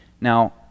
Now